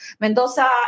Mendoza